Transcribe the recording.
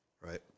Right